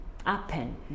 Happen